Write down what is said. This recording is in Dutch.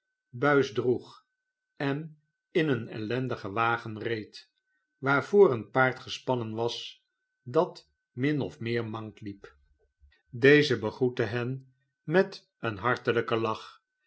buis droeg en in een ellendigen wagen reed waarvoor een paard gespanrien was dat min of meer mank liep mackintosh en zijn londensche vrienden deze begroette hen met een hartelyken lach